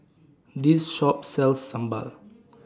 This Shop sells Sambal